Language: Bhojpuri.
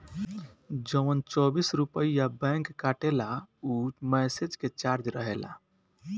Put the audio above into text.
जवन चौबीस रुपइया बैंक काटेला ऊ मैसेज के चार्ज रहेला